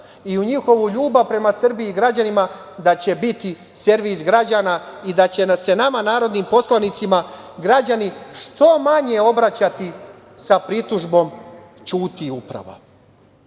i u njihovu ljubav prema Srbiji i građanima da će biti servis građana i da će se nama, narodnim poslanicima građani što manje obraćati sa pritužbom, ćuti uprava.I